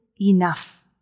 enough